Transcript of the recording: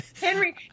Henry